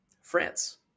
France